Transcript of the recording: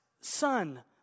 Son